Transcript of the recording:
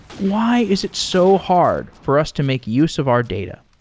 why is it so hard for us to make use of our data?